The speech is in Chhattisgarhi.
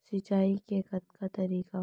सिंचाई के कतका तरीक़ा होथे?